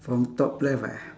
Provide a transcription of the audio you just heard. from top left eh